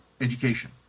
education